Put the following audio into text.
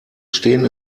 stehen